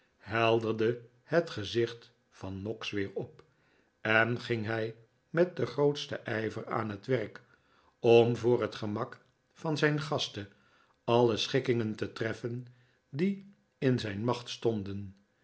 helderde het gezicht van noggs weer op en ging hij met den grootsten ijver aan het werk om voor het gemak van zijn gasten alle schikkingen te treffen die in zijn macht stonden